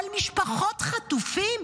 על משפחות חטופים?